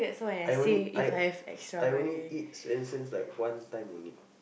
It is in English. I only I I only eat Swensens like one time only